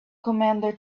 commander